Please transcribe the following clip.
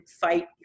fight